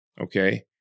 Okay